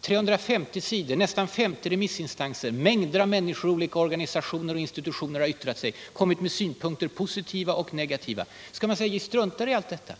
det är 350 sidor som nästan 50 remissinstanser samt mängder av människor i olika organisationer och institutioner har yttrat sig om och kommit med synpunkter på — positiva och negativa — skall man då bara säga att man struntar i allt detta?